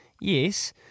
yes